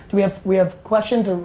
do we have we have questions?